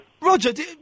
Roger